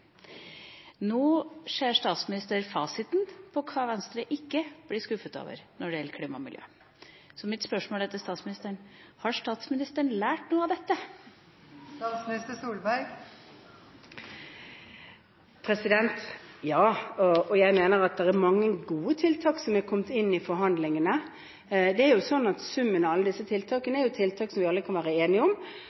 Nå ser statsministeren fasiten på hva Venstre ikke blir skuffet over når det gjelder klima og miljø. Så mitt spørsmål til statsministeren er: Har statsministeren lært noe av dette? Ja. Jeg mener at det er mange gode tiltak som er kommet inn i forhandlingene. Summen av alle disse tiltakene er ting vi alle kan være enige om,